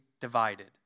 divided